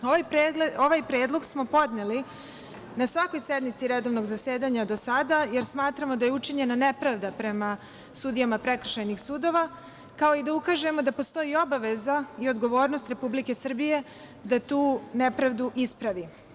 Ovaj predlog smo podneli na svakoj sednici redovnog zasedanja do sada, jer smatramo da je učinjena nepravda prema sudijama prekršajnih sudova, kao i da ukažemo da postoji obaveza i odgovornost Republike Srbije da tu nepravdu ispravi.